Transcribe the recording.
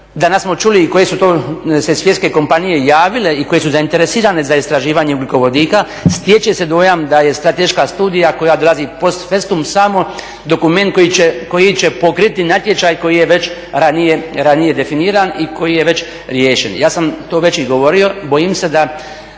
danas smo čuli i koje su to sve svjetske kompanije javile i koje su zainteresirane za istraživanje ugljikovodika stječe se dojam da je strateška studija koja dolazi … samo dokument koji će pokriti natječaj koji je već ranije definiran i koji je već riješen. Ja sam to već i govorio, bojim se da